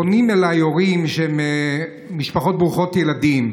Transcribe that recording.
פונים אליי הורים ממשפחות ברוכות ילדים.